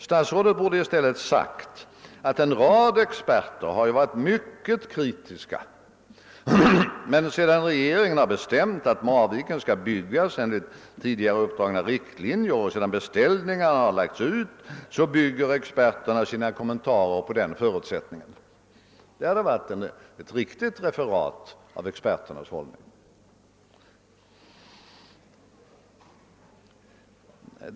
Statsrådet borde i stället ha sagt att en rad experter har varit mycket kritiska, men att — sedan regeringen be stämt att Marviken skulle byggas enligt i stort sett tidigare uppdragna riktlinjer och sedan beställningar hade lagts ut — byggde experterna sina kommentarer på den förutsättningen. Det hade varit ett riktigt referat av experternas hållning.